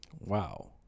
Wow